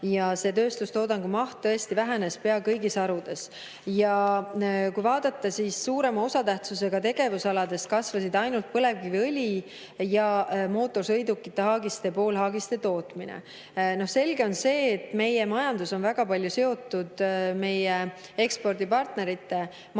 langemas. Tööstustoodangu maht tõesti vähenes pea kõigis harudes. Suurema osatähtsusega tegevusaladest kasvasid ainult põlevkiviõli ning mootorsõidukite haagiste ja poolhaagiste tootmine. Selge on see, et meie majandus on väga palju seotud meie ekspordipartnerite majandusega.